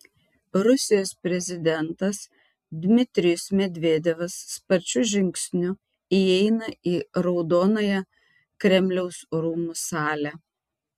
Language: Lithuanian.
rusijos prezidentas dmitrijus medvedevas sparčiu žingsniu įeina į raudonąją kremliaus rūmų salę